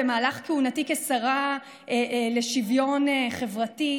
במהלך כהונתי כשרה לשוויון חברתי,